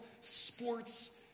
sports